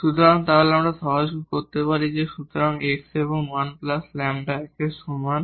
সুতরাং তাহলে আমরা সহজ করতে পারি সুতরাং x এবং 1λ 1 এর সমান